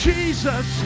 Jesus